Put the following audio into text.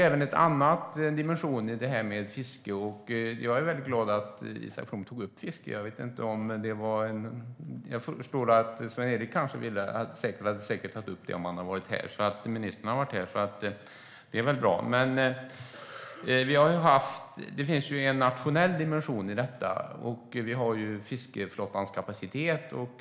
Jag är mycket glad över att Isak From tog upp fisket, och statsrådet Sven-Erik Bucht hade säkert tagit upp det om han hade varit här. Men det finns en nationell dimension i detta, och vi har fiskeflottans kapacitet.